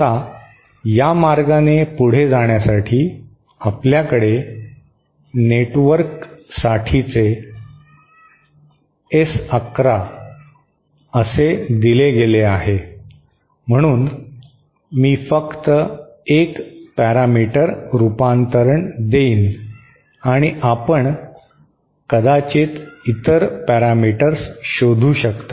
आता या मार्गाने पुढे जाण्यासाठी आपल्याकडे नेटवर्कसाठीचे एस 11 असे दिले गेले आहे म्हणून मी फक्त एक पॅरामीटर रूपांतरण देईन आणि आपण कदाचित इतर पॅरामीटर्स शोधू शकता